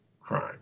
crime